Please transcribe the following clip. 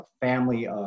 family